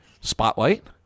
spotlight